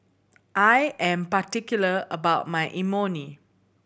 I am particular about my Imoni